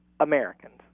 americans